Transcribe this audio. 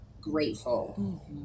grateful